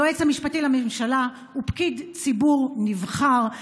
היועץ המשפטי לממשלה הוא פקיד ציבור נבחר,